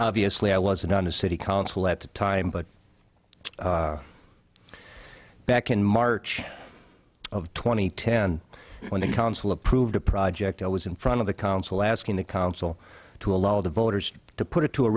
obviously i wasn't on the city consul at the time but back in march of two thousand and ten when the council approved a project i was in front of the council asking the council to allow the voters to put it to a